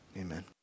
Amen